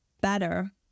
better